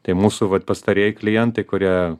tai mūsų vat pastarieji klientai kurie